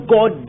God